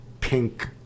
pink